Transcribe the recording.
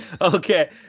Okay